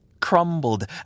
crumbled